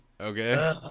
okay